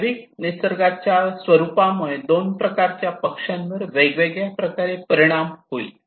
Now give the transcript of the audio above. जैविक निसर्गाच्या स्वरूपामुळे 2 प्रकारच्या पक्षांवर वेगळ्या प्रकारे परिणाम होईल